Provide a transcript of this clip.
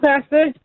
Pastor